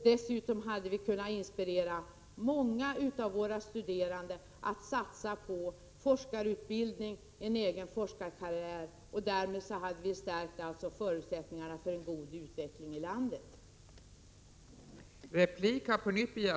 Dessutom hade många av våra studerande inspirerats till att satsa på forskarutbildning och en egen forskarkarriär. Därmed hade förusättnigarna för en god utveckling i landet förstärkts.